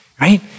right